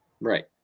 right